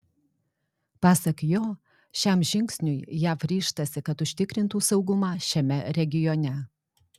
pasak jo šiam žingsniui jav ryžtasi kad užtikrintų saugumą šiame regione